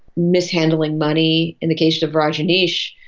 mishandling money. in the case of rajneesh,